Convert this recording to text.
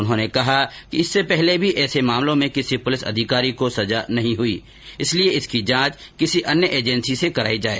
उन्होंने कहा कि इससे पहले भी ऐसे मामलों में किसी पुलिस अधिकारी को सजा नहीं हुई इसलिए इसकी जांच किसी अन्य एजेंसी से करायी जाए